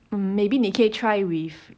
hmm maybe 你可以 try with